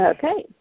Okay